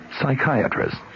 psychiatrist